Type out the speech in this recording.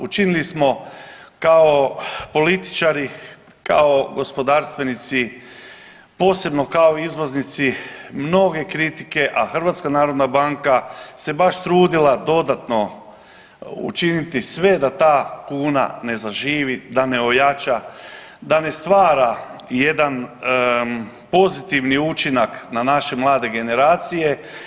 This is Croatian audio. Učinili smo kao političari, kao gospodarstvenici posebno kao izvoznici mnoge kritike, a HNB se baš trudila dodatno učiniti sve da ta kuna ne zaživi, da ne ojača, da ne stvara jedan pozitivni učinak na naše mlade generacije.